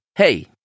Hey